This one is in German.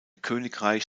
königreich